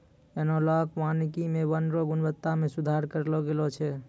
एनालाँक वानिकी मे वन रो गुणवत्ता मे सुधार करलो गेलो छै